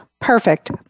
Perfect